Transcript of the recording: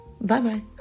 Bye-bye